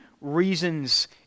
reasons